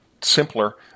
simpler